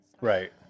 right